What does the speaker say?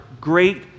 great